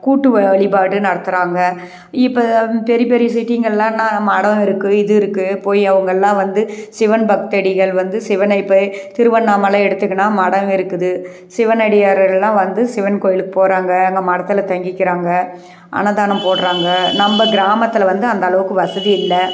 கூட்டு வழிபாடு நடத்துகிறாங்க இப்போ பெரிய பெரிய சிட்டிங்கள்லைன்னா மடம் இருக்குது இது இருக்குது போய் அவங்கெல்லாம் வந்து சிவன் பக்தடிகள் வந்து சிவனை இப்போ திருவண்ணாமலையை எடுத்துக்குனா மடம் இருக்குது சிவன் அடியார்கள் எல்லாம் வந்து சிவன் கோயிலுக்கு போகிறாங்க அங்கே மடத்தில் தங்கிக்கிறாங்க அன்னதானம் போடுறாங்க நம்ம கிராமத்தில் வந்து அந்தளவுக்கு வசதி இல்லை